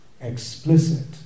explicit